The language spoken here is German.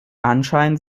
anscheinend